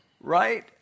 Right